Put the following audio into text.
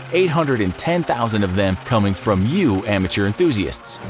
eight hundred and ten thousand of them coming from you amateur enthusiasts.